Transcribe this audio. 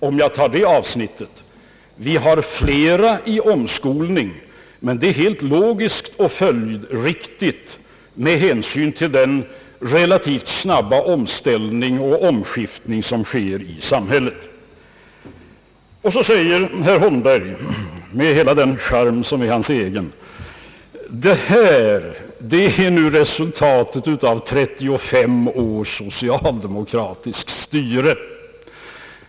Vi har också fler under omskolning, men det är helt logiskt och följdriktigt med hänsyn till den relativt snabba omställning och omskiftning som sker i samhället. Sedan säger herr Holmberg med hela den charm som är hans egen, att detta är resultatet av 35 års socialdemokratiskt styre.